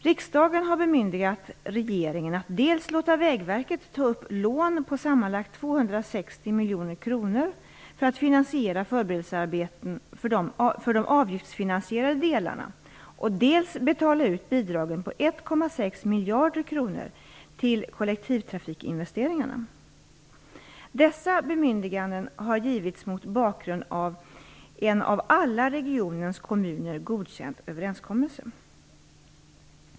Riksdagen har bemyndigat regeringen att dels låta Vägverket ta upp lån på sammanlagt 260 miljoner kronor för att finansiera förberedelsearbeten för de avgiftsfinansierade delarna, dels betala ut bidragen på 1,6 miljarder kronor till kollektivtrafikinvesteringarna. Dessa bemyndiganden har givits mot bakrgund av en av alla regionens kommuner godkänd överenskommelse.